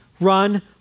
run